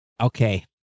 okay